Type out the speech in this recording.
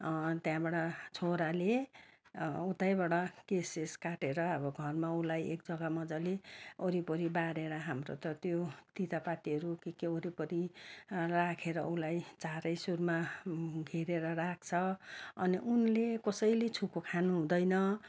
त्यहाँबाट छोराले उतैबाट केशसेश काटेर अब घरमा उसलाई एक जग्गा मजाले वरिपरि बारेर हाम्रो त त्यो तितेपातीहरू के के वरिपरि राखेर उसलाई चारै सुरमा घेरेर राख्छ अनि उनले कसैले छोएको खानु हुँदैन